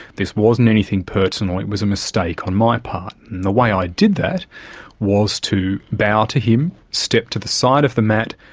this wasn't anything personal, it was a mistake on my part. and the way i did that was to bow to him, step to the side of the mat,